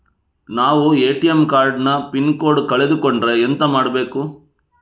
ನಾವು ATM card ನ pin code ಕಳೆದು ಕೊಂಡ್ರೆ ಎಂತ ಮಾಡ್ಬೇಕು?